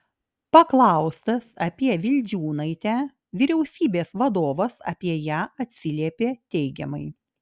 paklaustas apie vildžiūnaitę vyriausybės vadovas apie ją atsiliepė teigiamai